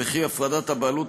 וכי הפרדת הבעלות